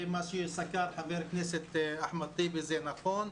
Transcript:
ומה שסקר חבר הכנסת אחמד טיבי הוא נכון.